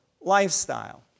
lifestyle